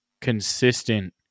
consistent